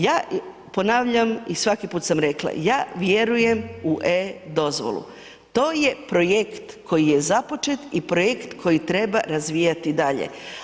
Ja ponavljam i svaki put sam rekla, ja vjerujem u e-dozvolu, to je projekt koji je započet i projekt koji treba razvijati dalje.